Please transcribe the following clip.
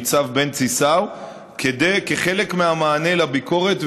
ניצב בנצי סאו כחלק מהמענה לביקורת,